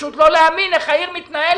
פשוט לא להאמין איך העיר מתנהלת.